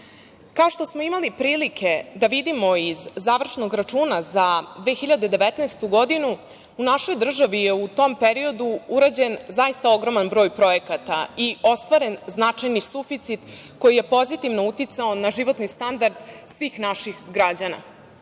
što smo imali prilike da vidimo iz završnog računa za 2019. godinu, u našoj državi je u tom periodu urađen zaista ogroman broj projekata i ostvaren značajni suficit koji je pozitivno uticao na životni standard svih naših građana. Budžet